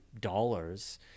dollars